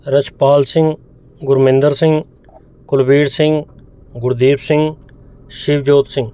Rashpal Singh Gurminder Singh Kulveer Singh Gurdeep Singh Shivjot Singh